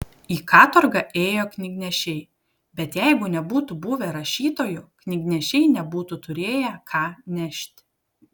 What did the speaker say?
į katorgą ėjo knygnešiai bet jeigu nebūtų buvę rašytojų knygnešiai nebūtų turėję ką nešti